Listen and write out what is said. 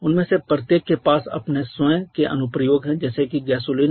उनमें से प्रत्येक के पास अपने स्वयं के अनुप्रयोग हैं जैसे कि गैसोलीन